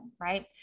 right